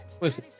Listen